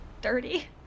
dirty